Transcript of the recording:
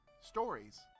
Stories